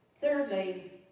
Thirdly